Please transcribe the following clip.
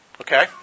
Okay